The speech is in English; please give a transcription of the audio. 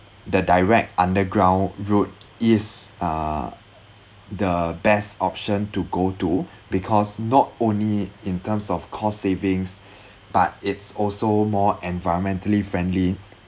the direct underground route is uh the best option to go to because not only in terms of cost savings but it's also more environmentally friendly